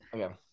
Okay